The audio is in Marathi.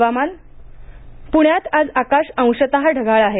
हवामान प्ण्यात आज आकाश अंशतः ढगाळ आहे